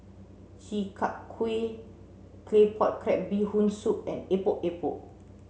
Chi Kak Kuih Claypot Crab Bee Hoon Soup and Epok Epok